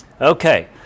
Okay